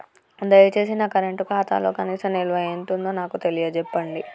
దయచేసి నా కరెంట్ ఖాతాలో కనీస నిల్వ ఎంతుందో నాకు తెలియచెప్పండి